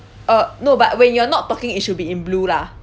uh no but when you are not talking it should be in blue lah